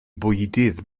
bwydydd